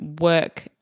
work